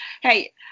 Hey